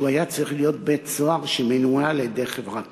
שהיה צריך להיות בית-סוהר שמנוהל על-ידי חברה פרטית.